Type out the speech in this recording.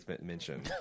mention